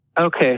Okay